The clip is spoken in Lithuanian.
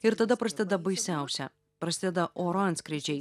ir tada prasideda baisiausia prasideda oro antskrydžiai